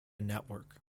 network